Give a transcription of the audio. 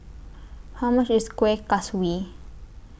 How much IS Kueh Kaswi